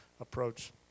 approach